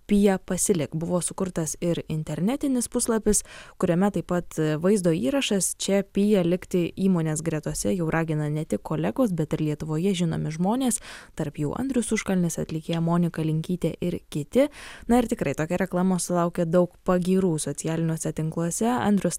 pija pasilik buvo sukurtas ir internetinis puslapis kuriame taip pat vaizdo įrašas čia piją likti įmonės gretose jau ragina ne tik kolegos bet ir lietuvoje žinomi žmonės tarp jų andrius užkalnis atlikėja monika linkytė ir kiti na ir tikrai tokia reklama sulaukė daug pagyrų socialiniuose tinkluose andrius